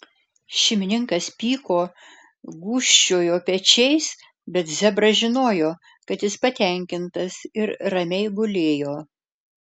šeimininkas pyko gūžčiojo pečiais bet zebras žinojo kad jis patenkintas ir ramiai gulėjo